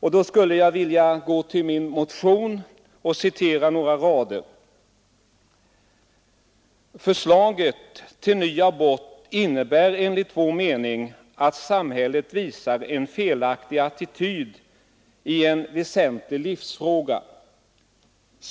Jag skall citera några rader ur min motion: ”Förslaget till ny abortlag innebär enligt vår mening att samhället visar en felaktig attityd i en väsentlig livsfråga.